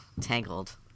tangled